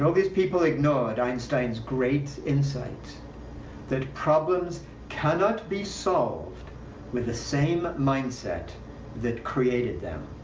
so these people ignored einstein's great insight that problems cannot be solved with the same mindset that created them.